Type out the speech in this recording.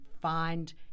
find